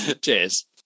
cheers